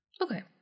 Okay